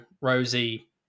Rosie